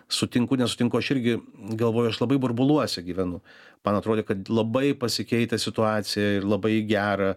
sutinku nesutinku aš irgi galvoju aš labai burbuluose gyvenu man atrodė kad labai pasikeitė situacija ir labai į gera